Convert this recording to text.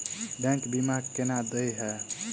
Bank बीमा केना देय है?